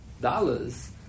dollars